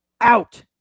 out